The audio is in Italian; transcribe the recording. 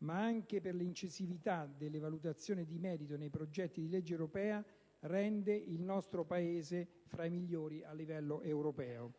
ma anche per l'incisività delle valutazioni di merito nei progetti di legge europea, rende il nostro Paese fra i migliori a livello europeo.